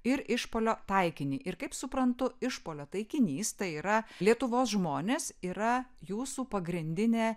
ir išpuolio taikinį ir kaip suprantu išpuolio taikinys tai yra lietuvos žmonės yra jūsų pagrindinė